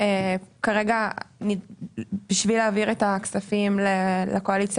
בשביל להעביר את הכספים לקואליציה